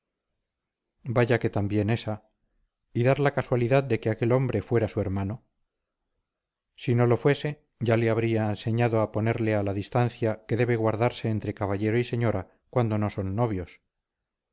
vaya que también esa y dar la casualidad de que aquel hombre fuera su hermano si no lo fuese ya le habría enseñado a ponerse a la distancia que debe guardarse entre caballero y señora cuando no son novios